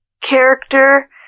character